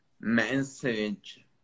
message